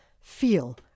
feel